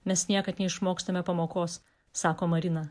mes niekad neišmokstame pamokos sako marina